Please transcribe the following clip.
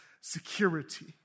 security